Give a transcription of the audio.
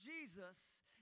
Jesus